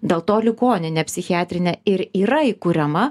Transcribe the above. dėl to ligoninė psichiatrinė ir yra įkuriama